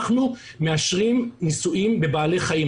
אנחנו מאשרים ניסויים בבעלי חיים,